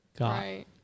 Right